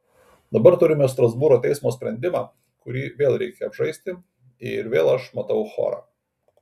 dabar turime strasbūro teismo sprendimą kurį vėl reikia apžaisti ir vėl aš matau chorą